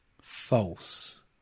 False